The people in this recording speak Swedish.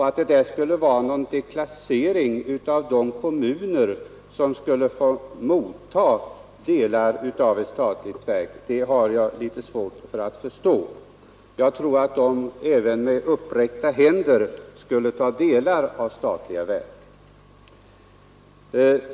Att det skulle innebära någon deklassering av de kommuner som skulle få motta delar av ett statligt verk har jag litet svårt att förstå. Jag tror att de med uppräckta händer skulle ta emot även delar av statliga verk.